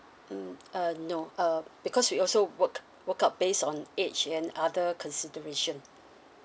mm uh no uh because we also work work out based on age and other consideration